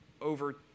over